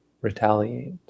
retaliate